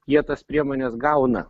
jie tas priemones gauna